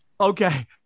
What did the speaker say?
Okay